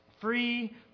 free